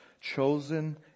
chosen